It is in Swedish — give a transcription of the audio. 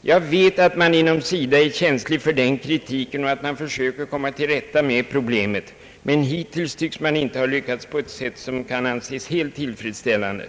Jag vet att man inom SIDA är känslig för denna kritik och att man försöker komma till rätta med problemet. Men hittills tycks man inte ha lyckats på ett sätt som kan anses helt tillfredsställande.